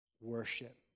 worship